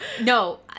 no